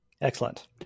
Excellent